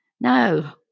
No